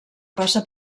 passa